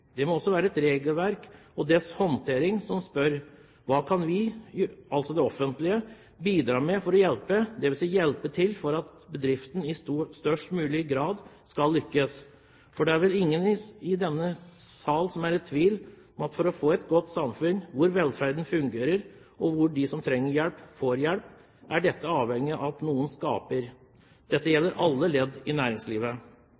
Det må også være et regelverk og en håndtering av det, der en spør: Hva kan vi, altså det offentlige, bidra med eller hjelpe til med for at bedriftene i størst mulig grad skal lykkes? Det er vel ingen i denne salen som er i tvil om at for at man skal få et godt samfunn, hvor velferden fungerer, og hvor de som trenger hjelp, får hjelp, er man avhengig av at noen skaper. Dette